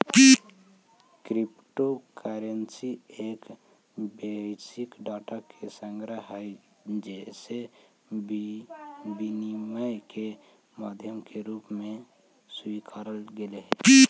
crypto currency एक binary data के संग्रह हइ जेसे विनिमय के माध्यम के रूप में स्वीकारल गेले हइ